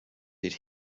did